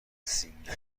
سینگر